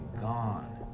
gone